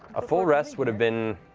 a full rest would have been